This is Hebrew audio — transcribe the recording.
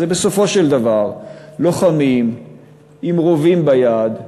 הוא בסופו של דבר לוחמים עם רובים ביד,